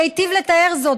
שהיטיב לתאר זאת.